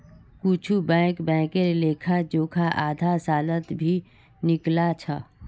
कुछु बैंक बैंकेर लेखा जोखा आधा सालत भी निकला छ